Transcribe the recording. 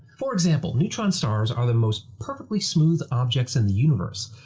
for example, neutron stars are the most perfectly smooth objects in the universe.